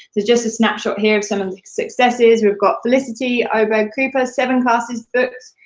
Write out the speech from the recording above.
there's just a snapshot here of some of the successes. we've got felicity oberg-cooper, seven classes booked,